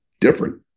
different